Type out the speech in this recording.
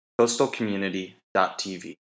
coastalcommunity.tv